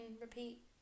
repeat